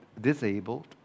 disabled